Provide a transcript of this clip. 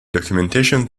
documentation